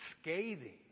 scathing